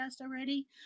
already